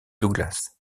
douglas